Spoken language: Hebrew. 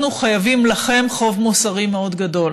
אנחנו חייבים לכם חוב מוסרי מאוד גדול